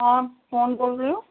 आप कौन बोल रहे हो